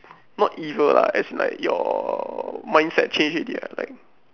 not evil lah as in like your mindset change already what like